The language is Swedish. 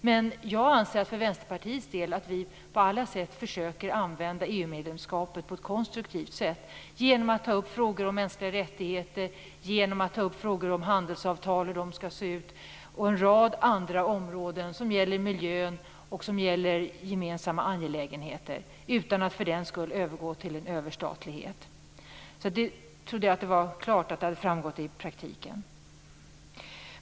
Men jag anser för Vänsterpartiets del att vi på alla sätt försöker använda EU medlemskapet på ett konstruktivt sätt genom att ta upp frågor om mänskliga rättigheter, hur handelsavtalen skall se ut och en rad frågor som gäller miljön och gemensamma angelägenheter utan att man för den skull skall behöva övergå till en överstatlighet. Det trodde jag hade framgått i praktiken.